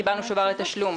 קיבלנו שובר לתשלום.